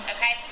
Okay